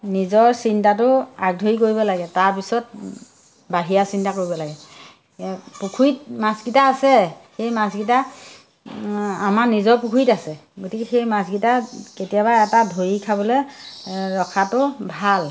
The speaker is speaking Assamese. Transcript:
নিজৰ চিন্তাটো আগধৰি কৰিব লাগে তাৰপিছত বাহিৰা চিন্তা কৰিব লাগে পুখুৰীত মাছকিটা আছে সেই মাছকিটা আমাৰ নিজৰ পুখুৰীত আছে গতিকে সেই মাছকিটা কেতিয়াবা এটা ধৰি খাবলৈ ৰখাটো ভাল